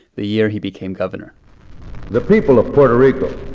the year he became governor the people of puerto rico